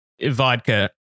vodka